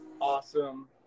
awesome